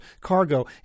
cargo